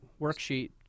worksheet